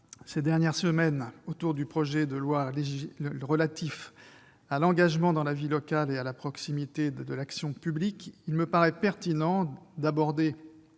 ces dernières semaines sur le projet de loi relatif à l'engagement dans la vie locale et à la proximité de l'action publique, il me paraît pertinent d'aborder